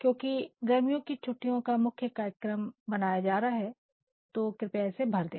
क्योंकि गर्मियों की छुट्टियों का मुख्य कार्यक्रम बनाया जा रहा है तो कृपया इसे भर दे